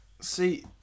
See